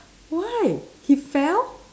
why he fell